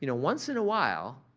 you know once in a while,